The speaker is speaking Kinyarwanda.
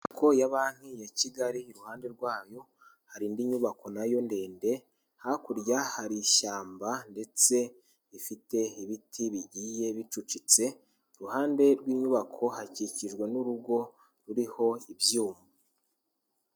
Inyubako ya Banki ya Kigali iruhande rwayo hari indi nyubako nayo ndende, hakurya hari ishyamba ndetse rifite ibiti bigiye bicucitse, iruhande rw'inyubako hakikijwe n'urugo ruriho ibyuma.